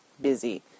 busy